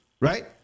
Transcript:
right